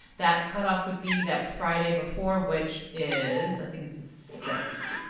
that cutoff would be that friday before, which is, i think it's a sixth.